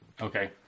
Okay